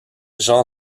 jean